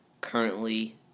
Currently